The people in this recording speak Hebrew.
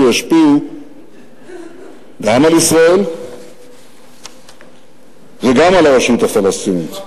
שישפיעו גם על ישראל וגם על הרשות הפלסטינית.